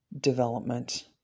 development